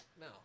no